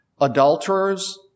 Adulterers